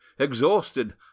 Exhausted